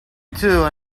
two